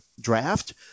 draft